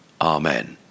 Amen